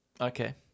okay